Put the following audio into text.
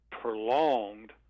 prolonged